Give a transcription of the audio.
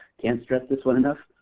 can't stress this one enough.